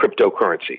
cryptocurrency